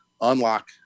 unlock